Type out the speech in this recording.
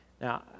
Now